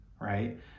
right